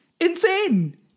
insane